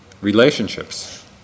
relationships